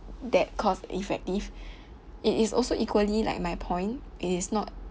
that cost effective it is also equally like my point it is not